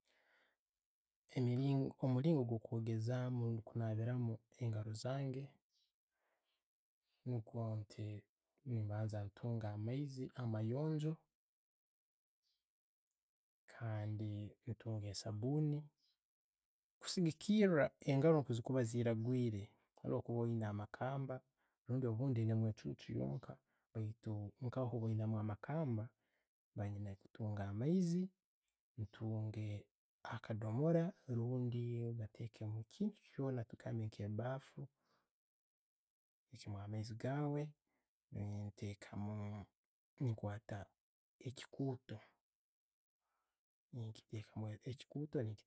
Omulingo gwo kogezaamu, kunabiiramu engaro zange, niikwo nti mbanza ntunga amaaizi amayonjo ne'saabuuni kusigikiira engaro nka'zikuba ziragwiire. Haroho kuba oyina amakamba, obundi oyine echuchu yonka, baitu nkaho oyina amakamba, ntunga amaizi, ntunga akadomora obundi ngateeka omukintu kyoona rundi nke baafu, ottekamu amaiizi gaawe, ntekamu, nkwata echikuuta, nechitekamu echikuuta.